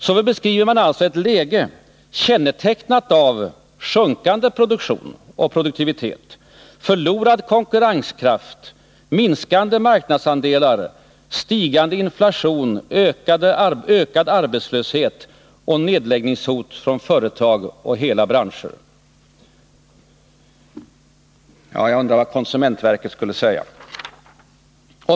Så beskriver de alltså ett läge kännetecknat av sjunkande produktion och produktivitet, förlorad konkurrenskraft, minskande marknadsandelar, stigande inflation, ökad arbetslöshet och nedläggningshot för företag och hela branscher. Jag undrar vad konsumentverket skulle säga om ett sådant framställningssätt.